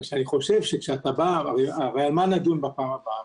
רק שאני חושב, הרי על מה נדון בפעם הבאה?